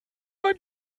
ein